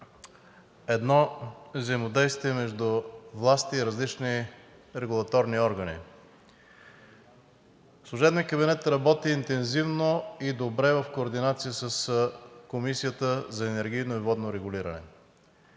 едно взаимодействие между власти и различни регулаторни органи. Служебният кабинет работи интензивно и добре в координация с Комисията за енергийно и водно регулиране,